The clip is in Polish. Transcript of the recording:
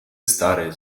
stary